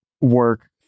work